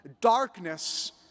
darkness